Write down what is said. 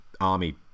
army